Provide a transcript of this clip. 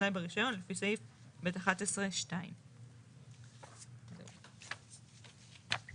תנאי ברישיון לפי סעיף ב' (11) 2. נסביר?